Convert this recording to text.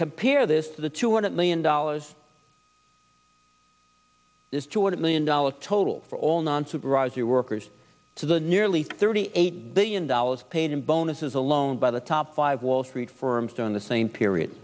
compare this to the two hundred million dollars this short million dollars total for all non supervisory workers to the nearly thirty eight billion dollars paid in bonuses alone by the top five wall street firms on the same period